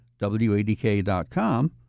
WADK.com